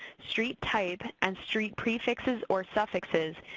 street type, and street prefixes or suffixes,